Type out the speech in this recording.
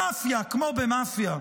במאפיה כמו במאפיה,